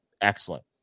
Excellent